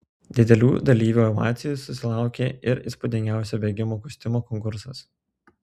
didelių dalyvių ovacijų susilaukė ir įspūdingiausio bėgimo kostiumo konkursas